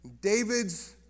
David's